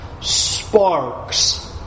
sparks